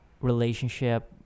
relationship